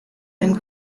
and